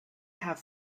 have